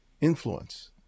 influence